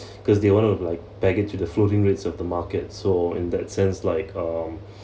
cause they wanna like tag it to the floating rates of the market so in that sense like um